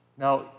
Now